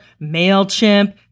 MailChimp